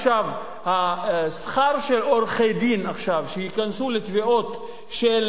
עכשיו שכר של עורכי-דין שייכנסו לתביעות של